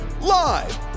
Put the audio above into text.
live